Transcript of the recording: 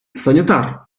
санітар